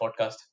podcast